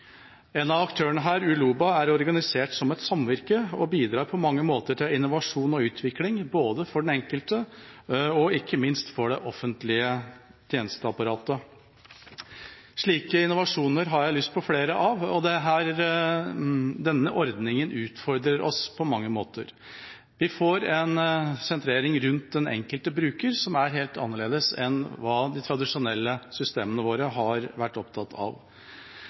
En av aktørene her, Uloba, er organisert som et samvirke, og bidrar på mange måter til innovasjon og utvikling både for den enkelte og ikke minst for det offentlige tjenesteapparatet. Slike innovasjoner har jeg lyst på flere av. Denne ordningen utfordrer oss på mange måter. Vi får en sentrering rundt den enkelte bruker som er helt annerledes enn hva de tradisjonelle systemene våre har vært opptatt av.